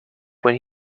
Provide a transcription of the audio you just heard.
when